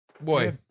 boy